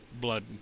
blood